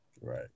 Right